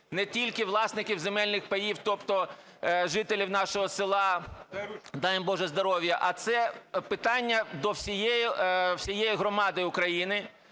не тільки власників земельних паїв, тобто жителів нашого села, дай їм Боже здоров'я, а це питання до всієї громади України,